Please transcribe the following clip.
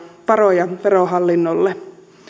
varoja verohallinnolle